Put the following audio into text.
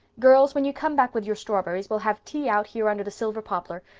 girls, when you come back with your strawberries we'll have tea out here under the silver poplar.